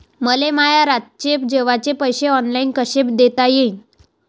मले माया रातचे जेवाचे पैसे ऑनलाईन कसे देता येईन?